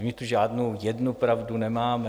My žádnou jednu pravdu nemáme.